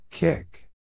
Kick